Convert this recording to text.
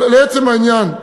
אבל לעצם העניין,